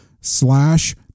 slash